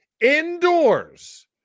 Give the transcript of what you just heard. indoors